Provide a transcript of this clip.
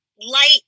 light